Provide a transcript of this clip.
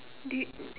did